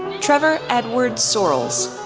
trevor edward sorrells,